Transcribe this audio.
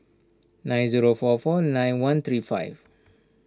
nine zero four four nine one three five